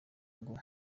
ngo